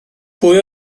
pwy